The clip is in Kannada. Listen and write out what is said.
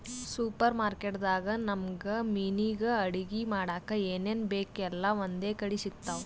ಸೂಪರ್ ಮಾರ್ಕೆಟ್ ದಾಗ್ ನಮ್ಗ್ ಮನಿಗ್ ಅಡಗಿ ಮಾಡಕ್ಕ್ ಏನೇನ್ ಬೇಕ್ ಎಲ್ಲಾ ಒಂದೇ ಕಡಿ ಸಿಗ್ತಾವ್